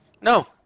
No